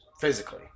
Physically